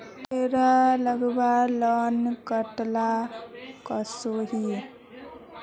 तेहार लगवार लोन कतला कसोही?